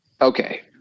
Okay